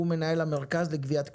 הוא מנהל המרכז לגביית קנסות.